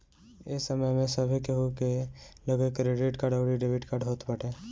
ए समय में सभे केहू के लगे क्रेडिट कार्ड अउरी डेबिट कार्ड होत बाटे